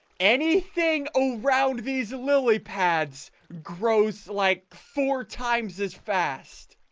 anything around these lily pads grows like four times as fast.